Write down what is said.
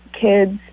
kids